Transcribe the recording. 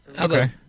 Okay